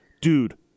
dude